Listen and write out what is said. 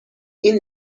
این